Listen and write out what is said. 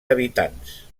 habitants